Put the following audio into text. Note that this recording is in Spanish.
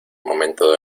momento